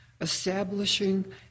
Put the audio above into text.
establishing